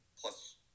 plus